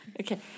Okay